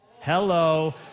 Hello